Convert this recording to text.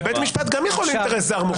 לבית משפט גם יכול להיות אינטרס זר מוחבא.